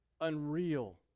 unreal